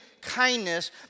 kindness